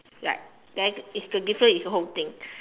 like then it's the difference is the whole thing